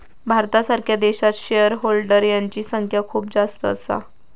भारतासारख्या देशात share holder यांची संख्या खूप जास्त असा